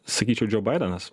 sakyčiau džio baidenas